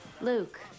Luke